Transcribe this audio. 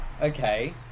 okay